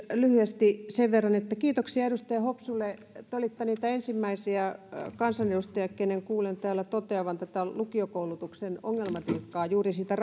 lyhyesti sen verran että kiitoksia edustaja hopsulle te olitte niitä ensimmäisiä kansanedustajia keiden kuulen täällä toteavan tämän lukiokoulutuksen ongelmatiikan juuri siitä